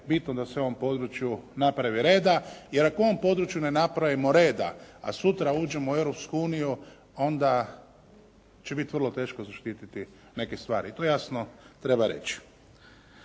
bitno da se u ovom području napravi reda, jer ako u ovom području ne napravimo reda, a sutra uđemo u Europsku uniju, onda će biti vrlo teško zaštiti neke stvari. To jasno treba reći.